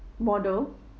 model